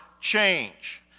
change